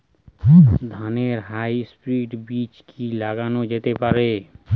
ধানের হাইব্রীড বীজ কি লাগানো যেতে পারে?